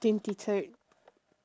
twenty third